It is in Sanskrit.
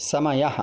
समयः